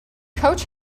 coach